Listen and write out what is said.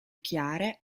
chiare